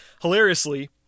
hilariously